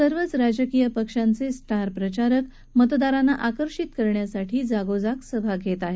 सर्वच राजकीय पक्षांचे स्टार प्रचारक मतदारांना आकर्षित करण्यासाठी जागोजागी सभा घेत आहेत